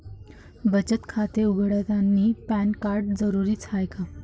बचत खाते उघडतानी पॅन कार्ड जरुरीच हाय का?